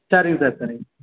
சரிங்க சார் சரிங்க சார்